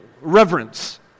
reverence